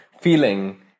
feeling